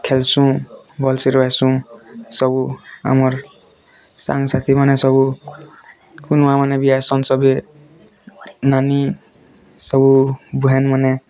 ଖେଲସୁ ଭଲ୍ ସେ ରହେସୁ ସବୁ ଆମର୍ ସାଙ୍ଗ ସାଥି ମାନେ ସବୁ କୁନୁଆ ମାନେ ବି ଆସନ୍ ସଭିଏ ନାନୀ ସବୁ ଭଏନ୍ ମାନେ